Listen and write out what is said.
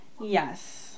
Yes